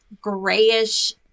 grayish